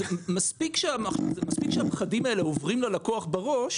מספיק שהפחדים האלה עוברים ללקוח בראש